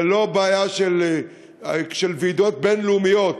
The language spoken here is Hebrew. זה לא בעיה של ועידות בין-לאומיות,